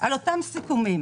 על אותם סיכומים